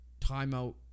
timeout